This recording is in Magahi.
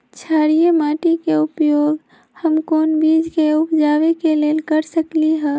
क्षारिये माटी के उपयोग हम कोन बीज के उपजाबे के लेल कर सकली ह?